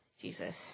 Jesus